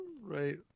Right